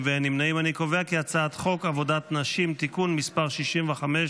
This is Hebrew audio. את הצעת חוק עבודת נשים (תיקון מס' 65)